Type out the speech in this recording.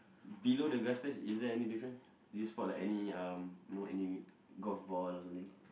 below the best place is there any difference did you spot like any um no any golf ball or something